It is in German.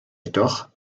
jedoch